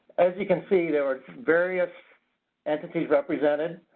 as you can see there are various entities represented.